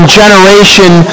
generation